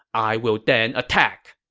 i will then attack.